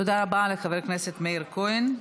תודה רבה לחבר הכנסת מאיר כהן.